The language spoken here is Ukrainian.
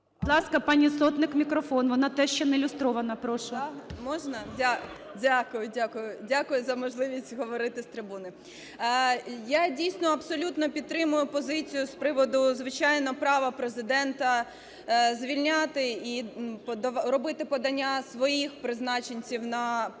дякую за можливість говорити з трибуни. Я, дійсно, абсолютно підтримую позицію з приводу. Звичайно, право Президента звільняти і робити подання своїх призначенців на посаду